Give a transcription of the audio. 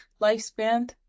lifespan